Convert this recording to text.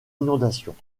inondations